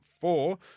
four